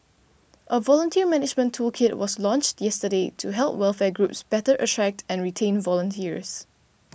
a volunteer management toolkit was launched yesterday to help welfare groups better attract and retain volunteers